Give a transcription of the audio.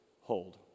Hold